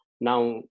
Now